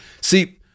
See